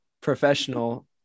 professional